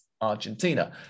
Argentina